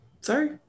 sorry